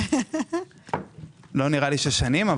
שש שנים?